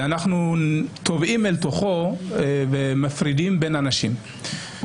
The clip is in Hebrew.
ואנחנו טובעים לתוכו ומפרידים בין אנשים.